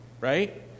right